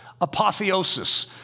apotheosis